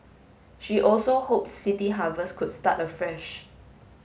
she also hope City Harvest could start afresh